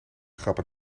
grappen